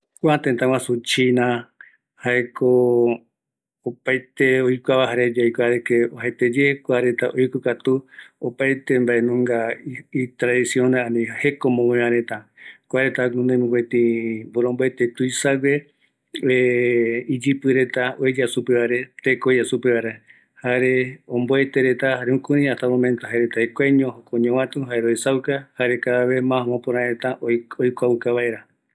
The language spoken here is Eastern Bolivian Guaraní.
Kua tëtä china jaeko oajaeteye, omboete iyɨpɨ reta oeya supeva, añave rupi jaereta jekuaeño omboete, oaɨu, omokañi iyɨpɨ reta oeya supeva